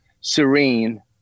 serene